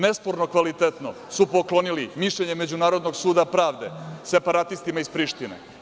Nesporno kvalitetno su poklonili mišljenje Međunarodnog suda pravde separatistima iz Prištine.